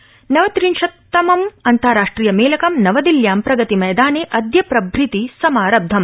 र मेलकम नवत्रिशत्तमम् अन्तार्राष्ट्रिय मेलकं नवदिल्ल्यां प्रगतिमैदाने अदय प्रभृति समारब्धम्